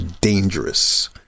dangerous